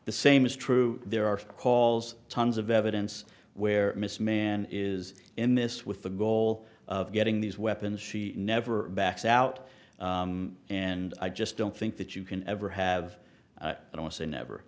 the same is true there are phone calls tons of evidence where miss man is in this with the goal of getting these weapons she never backs out and i just don't think that you can ever have and i would say never